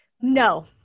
No